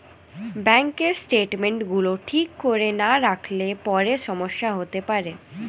ব্যাঙ্কের স্টেটমেন্টস গুলো ঠিক করে না রাখলে পরে সমস্যা হতে পারে